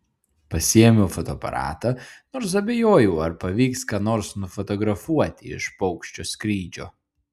pasiėmiau fotoaparatą nors abejojau ar pavyks ką nors nufotografuoti iš paukščio skrydžio